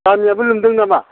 गामियाबो लोमदों नामा